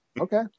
Okay